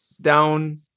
down